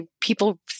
people